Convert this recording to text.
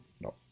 No